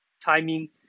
timing